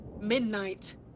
Midnight